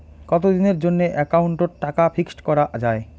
কতদিনের জন্যে একাউন্ট ওত টাকা ফিক্সড করা যায়?